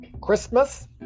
Christmas